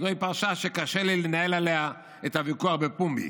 "זוהי פרשה שקשה לי לנהל עליה את הוויכוח בפומבי".